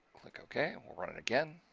click, okay. and we'll run it again.